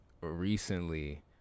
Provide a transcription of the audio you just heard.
recently